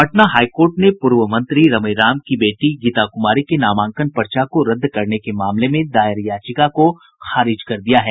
Patna high court ने पूर्व मंत्री रमई राम की बेटी गीता कुमारी के नामांकन पर्चा को रद्द करने के मामले दायर याचिका को खारिज कर दिया है